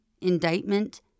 indictment